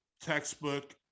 textbook